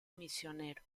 misionero